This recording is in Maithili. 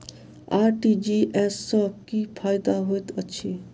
आर.टी.जी.एस सँ की फायदा होइत अछि?